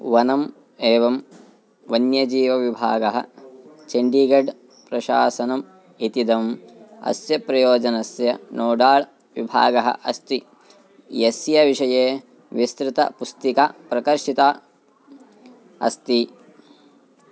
वनम् एवं वन्यजीवविभागः चण्डीगड् प्रशासनम् इतीदम् अस्य प्रयोजनस्य नोडाळ् विभागः अस्ति यस्य विषये विस्तृतपुस्तिका प्रकर्षिता अस्ति